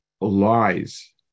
lies